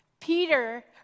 Peter